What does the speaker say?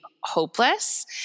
hopeless